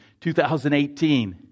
2018